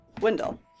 Wendell